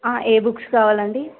ఏ books కావాలండి